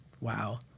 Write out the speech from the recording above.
Wow